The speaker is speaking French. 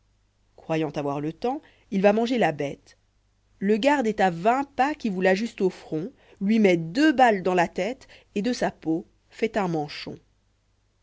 croyant avoir le temps il va manger la bête le garde est à vingt pas qui vous l'ajuste au front lui met deux balles dans la tête et de sa peau fait un manchon